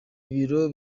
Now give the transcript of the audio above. birori